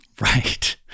right